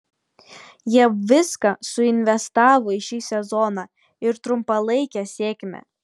jie viską suinvestavo į šį sezoną ir trumpalaikę sėkmę